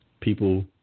people –